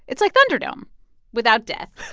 it's like thunderdome without death